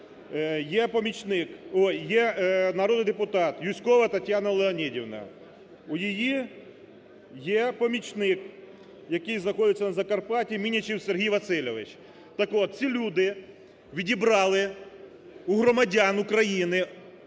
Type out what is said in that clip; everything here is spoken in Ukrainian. Є народний депутат Юзькова Тетяна Леонідівна, у її є помічник, який знаходиться на Закарпатті, Мінічев Сергій Васильович. Так от ці люди відібрали у громадян України,